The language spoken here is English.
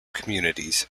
communities